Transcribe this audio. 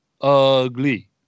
ugly